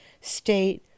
state